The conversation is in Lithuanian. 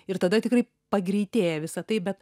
ir tada tikrai pagreitėja visa tai bet